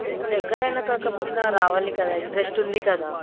దగ్గరైన కాకపోయినా రావాలి కదా ఇంట్రెస్ట్ ఉంది కదా